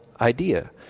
idea